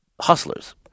hustlers